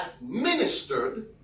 administered